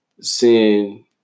Seeing